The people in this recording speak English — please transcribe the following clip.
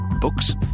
Books